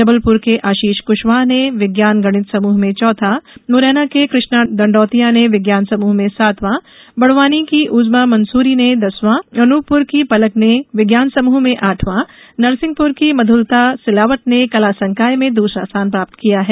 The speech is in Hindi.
जबलपुर के आशीष कुशवाह ने विज्ञान गणित समूह में चौथा मुरैना के कृष्णा दंडौतिया ने विज्ञान समूह में सातवा बड़वानी की उजमा मंसूरी ने दसवॉ अनूपप्र की पलक ने विज्ञान समूह में आठवां नरसिंहपुर की मधुलता सिलावट ने कला संकाय में दूसरा स्थान प्राप्त किया है